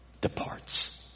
departs